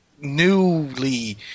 newly